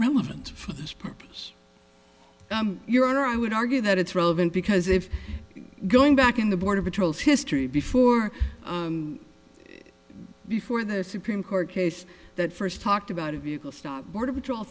relevant for this purpose your honor i would argue that it's relevant because if going back in the border patrol's history before before the supreme court case that first talked about a vehicle stop border patrol